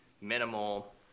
minimal